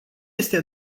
este